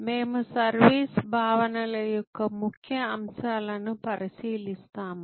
మేము సర్వీస్ భావనల యొక్క ముఖ్య అంశాలను పరిశీలిస్తాము